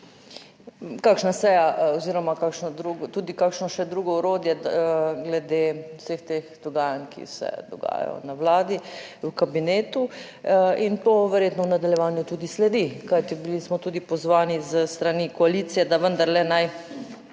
kakšna seja oziroma tudi še drugo orodje glede vseh teh dogajanj, ki se dogajajo na Vladi, v kabinetu. In to verjetno v nadaljevanju tudi sledi, kajti bili smo tudi pozvani s strani koalicije, da vendarle naj